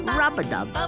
rub-a-dub